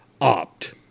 opt